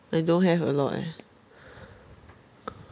I don't have a lot eh